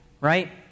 right